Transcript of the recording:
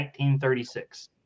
1936